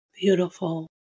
beautiful